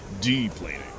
deplaning